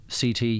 CT